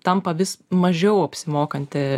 tampa vis mažiau apsimokanti